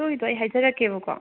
ꯑꯗꯨꯒꯤꯗꯨ ꯑꯩ ꯍꯥꯏꯖꯔꯛꯀꯦꯕꯀꯣ